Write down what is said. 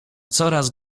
coraz